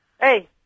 Hey